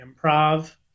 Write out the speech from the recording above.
improv